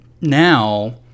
now